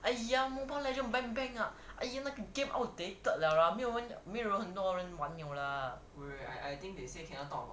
!aiya! mobile legends bang bang ah !aiya! game outdated liao lah 没有人玩 liao lah